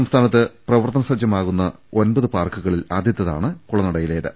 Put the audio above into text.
സംസ്ഥാനത്ത് പ്രവർത്തന സജ്ജമാകുന്ന ഒൻപത് പാർക്കുകളിൽ ആദ്യത്തേതാണ് കുളനടയിലേത്